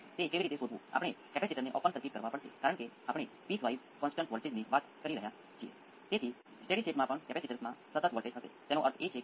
તેથી ચાલો આપણે કહીએ કે મારી પાસે સ્કોપ કરીએ આ સમયના તફાવત જોઈને આપણે ફેઝને પણ માપી શકીએ છીએ